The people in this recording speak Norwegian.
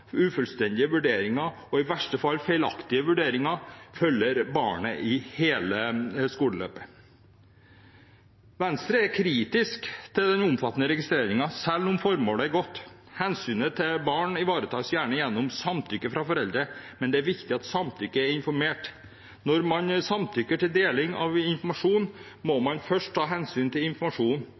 ufullstendige vurderinger og i verste fall feilaktige vurderinger følger barnet i hele skoleløpet. Venstre er kritisk til den omfattende registreringen selv om formålet er godt. Hensynet til barn ivaretas gjerne gjennom samtykke fra foreldrene, men det er viktig at samtykket er informert. Når man samtykker til deling av informasjon, må man først ta hensyn til informasjonen.